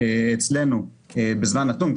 בזמן נתון,